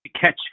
Catch